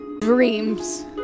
dreams